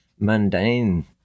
mundane